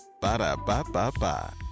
Ba-da-ba-ba-ba